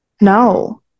no